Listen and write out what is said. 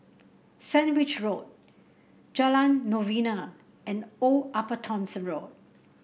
Sandwich Road Jalan Novena and Old Upper Thomson Road